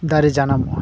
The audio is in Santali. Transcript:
ᱫᱟᱨᱮ ᱡᱟᱱᱟᱢᱚᱜᱼᱟ